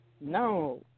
No